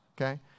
okay